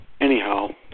anyhow